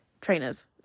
trainers